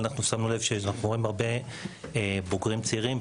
גם שמנו לב שיש הרבה בוגרים צעירים,